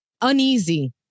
uneasy